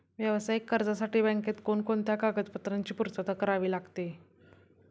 व्यावसायिक कर्जासाठी बँकेत कोणकोणत्या कागदपत्रांची पूर्तता करावी लागते?